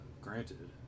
granted